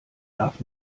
darf